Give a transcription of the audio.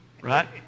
right